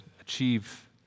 achieve